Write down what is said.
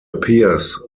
appears